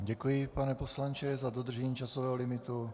Děkuji vám, pane poslanče, za dodržení časového limitu.